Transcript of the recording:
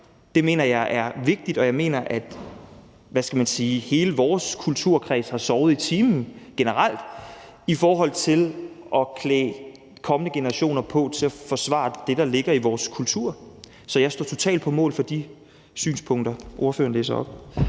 Det mener jeg er vigtigt, og jeg mener, at – hvad skal man sige – hele vores kulturkreds har sovet i timen generelt i forhold til at klæde kommende generationer på til at forsvare det, der ligger i vores kultur. Så jeg står totalt på mål for de synspunkter,